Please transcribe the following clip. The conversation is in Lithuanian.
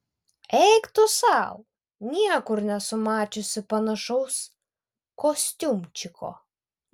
eik tu sau niekur nesu mačiusi panašaus kostiumčiko